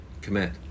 Commit